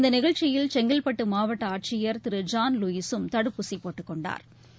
இந்தநிகழ்ச்சியில் செங்கல்பட்டுமாவட்டஆட்சியா் திரு ஜான் லுயிஸும் தடுப்பூசிபோட்டுக் கொண்டாா்